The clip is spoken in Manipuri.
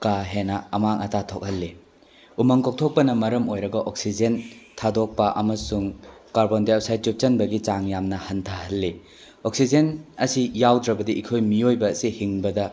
ꯀꯥ ꯍꯦꯟꯅ ꯑꯃꯥꯡ ꯑꯇꯥꯛ ꯊꯣꯛꯍꯜꯂꯤ ꯎꯃꯪ ꯀꯣꯛꯊꯣꯛꯄꯅ ꯃꯔꯝ ꯑꯣꯏꯔꯒ ꯑꯣꯛꯁꯤꯖꯦꯟ ꯊꯥꯗꯣꯛꯄ ꯑꯃꯁꯨꯡ ꯀꯥꯔꯕꯣꯟ ꯗꯥꯏꯑꯣꯛꯁꯥꯏꯗ ꯆꯨꯞꯁꯤꯟꯕꯒꯤ ꯆꯥꯡ ꯌꯥꯝꯅ ꯍꯟꯊꯍꯜꯂꯤ ꯑꯣꯛꯁꯤꯖꯦꯟ ꯑꯁꯤ ꯌꯥꯎꯗ꯭ꯔꯕꯗꯤ ꯑꯩꯈꯣꯏ ꯃꯤꯑꯣꯏꯕ ꯑꯁꯤ ꯍꯤꯡꯕꯗ